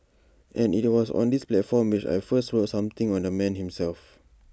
and IT was on this platform which I first wrote something on the man himself